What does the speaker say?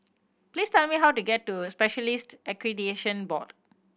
please tell me how to get to Specialist Accreditation Board